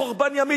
מחורבן ימית,